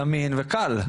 זמין וקל.